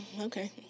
okay